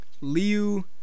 Liu